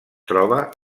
troba